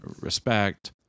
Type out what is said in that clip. respect